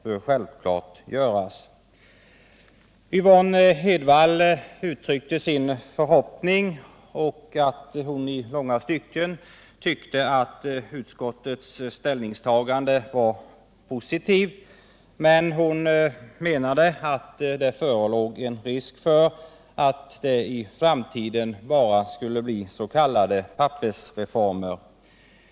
Yvonne Hedvall uttryckte en förhoppning om att vi skall uppnå ökad jämställdhet och sade att hon i långa stycken tyckte att utskottets ställningstagande var positivt, men hon menade samtidigt att det förelåg risk för att det i framtiden bara skulle bli s.k. pappersreformer.